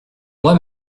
moi